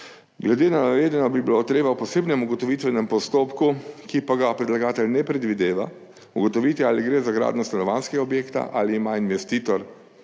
Glede na navedeno bi bilo treba v posebnem ugotovitvenem postopku, ki pa ga predlagatelj ne predvideva, ugotoviti, ali gre za gradnjo stanovanjskega objekta ali ima investitor